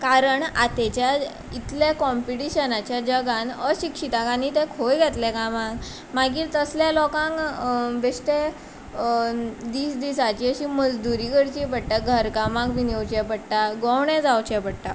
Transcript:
कारण आतेच्या इतले कोमपीटीशनाचे जगांत अशिक्षीतांक आनी ते खंय घेतले कामांक मागीर तसले लोकांक बेश्टे दीस दिसाची अशी मजदुरी करची पडटा घर कामांक बी येवचे पडटा गंवडे जावचे पडटा